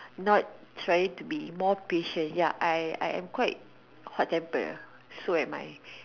not trying to be more patient ya I I am quite hot tempered so am I